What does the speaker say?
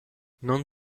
non